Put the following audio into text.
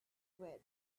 with